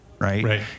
Right